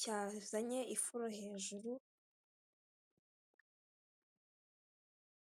cyazanye ifuro hejuru.